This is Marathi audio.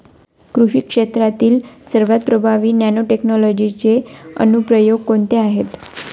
कृषी क्षेत्रातील सर्वात प्रभावी नॅनोटेक्नॉलॉजीचे अनुप्रयोग कोणते आहेत?